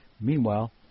Meanwhile